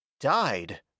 Died